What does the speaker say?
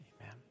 Amen